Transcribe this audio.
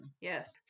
Yes